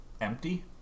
empty